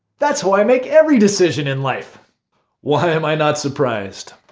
that's how i make every decision in life why am i not surprised?